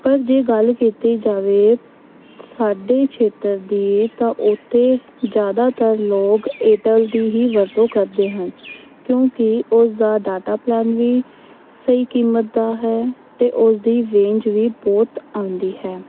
ਪਰ ਜੇ ਗੱਲ ਕੀਤੀ ਜਾਵੇ ਸਾਡੇ ਖੇਤਰ ਦੀ ਤਾਂ ਉੱਥੇ ਜ਼ਿਆਦਾਤਰ ਲੋਕ ਏਅਰਟੈਲ ਦੀ ਹੀ ਵਰਤੋਂ ਕਰਦੇ ਹਨ ਕਿਉਂਕਿ ਉਸ ਦਾ ਡਾਟਾ ਪਲੈਨ ਵੀ ਸਹੀ ਕੀਮਤ ਦਾ ਹੈ ਅਤੇ ਉਸਦੀ ਰੇਂਜ ਵੀ ਬਹੁਤ ਆਉਂਦੀ ਹੈ